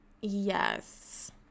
Yes